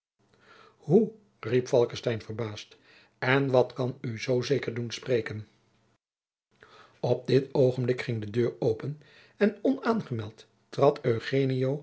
hoe riep falckestein verbaasd en wat kan u zoo zeker doen spreken jacob van lennep de pleegzoon op dit oogenblik ging de deur open en onaangemeld trad